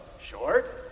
Short